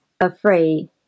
afraid